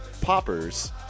poppers